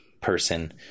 person